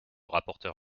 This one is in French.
rapporteur